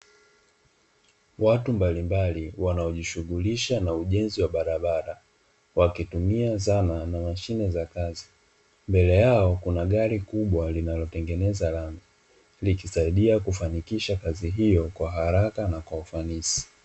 Watu mbalimbali wanaojishughulisha na ujenzi wa barabara wakitumia dhana na mashine za kazi, mbele yao kuna gari kubwa linalotengeneza lami likisaidia kufanikisha kazi hiyo kwa haraka na kwa ufanisi.